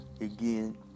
again